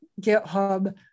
github